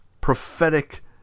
prophetic